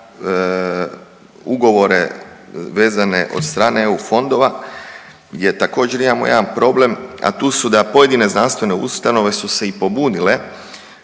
ugovore vezane od strane eu fondova gdje također imamo jedan problem, a tu su da pojedine znanstvene ustanove su se i pobunile